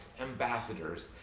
ambassadors